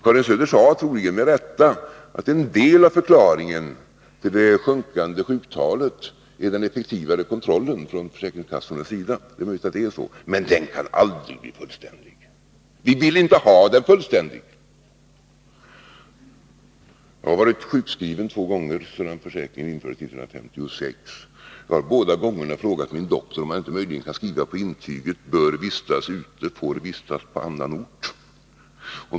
Karin Söder sade — troligen med rätta — att en del av förklaringen till det sjunkande sjuktalet är den effektivare kontrollen från försäkringskassornas sida. Det är möjligt att det är så, men den kontrollen kan aldrig bli fullständig. Vi vill inte heller ha den fullständig. Jag har varit sjukskriven två gånger sedan försäkringen infördes 1956. Jag har båda gångerna frågat min doktor om inte han möjligen kunde skriva på intyget att jag borde vistas ute och fick vistas på annan ort.